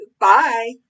Bye